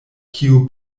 kiu